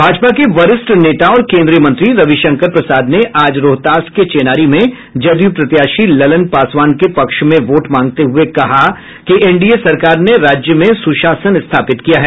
भाजपा के वरिष्ठ नेता और केन्द्रीय मंत्री रविशंकर प्रसाद ने आज रोहतास के चेनारी में जदयू प्रत्याशी ललन पासवान के पक्ष में वोट मांगते हुये कहा कि एनडीए सरकार ने राज्य में सुशासन स्थापित किया है